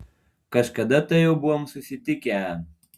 kažkada tai jau buvom susitikę